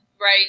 right